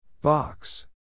Box